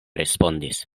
respondis